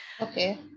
okay